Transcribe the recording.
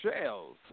Shells